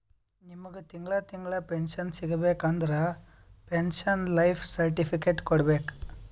ನಿಮ್ಮಗ್ ತಿಂಗಳಾ ತಿಂಗಳಾ ಪೆನ್ಶನ್ ಸಿಗಬೇಕ ಅಂದುರ್ ಪೆನ್ಶನ್ ಲೈಫ್ ಸರ್ಟಿಫಿಕೇಟ್ ಕೊಡ್ಬೇಕ್